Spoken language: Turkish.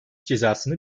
cezasını